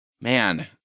Man